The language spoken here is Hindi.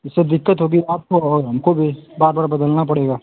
इससे दिक्कत होगी आपको और हमको भी बार बार बदलना पड़ेगा